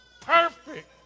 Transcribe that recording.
perfect